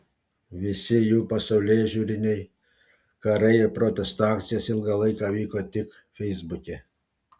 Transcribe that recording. visi jų pasaulėžiūriniai karai ir protesto akcijos ilgą laiką vyko tik feisbuke